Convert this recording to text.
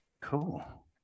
Cool